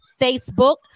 Facebook